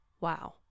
wow